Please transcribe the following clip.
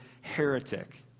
heretic